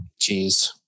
Jeez